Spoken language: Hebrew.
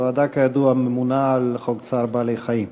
הוועדה, כידוע, ממונה על חוק צער בעלי-חיים.